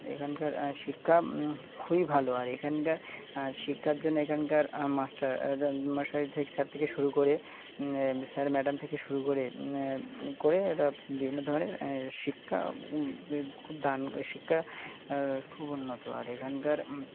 এখানকার শিক্ষা খুবই ভালো আর এখানকার শিক্ষার জন্য এখানকার মাস্টার মাস্টার থেকে স্যার থেকে শুরু করে স্যার ম্যাডাম থেকে শুরু করে করে এ বিভিন্ন ধরনের শিক্ষা খুব দান শিক্ষা খুব উন্নত আর এখানকার